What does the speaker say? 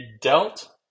dealt